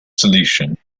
solution